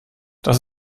das